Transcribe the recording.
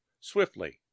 swiftly